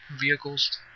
vehicles